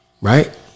right